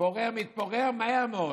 מתפורר מהר מאוד.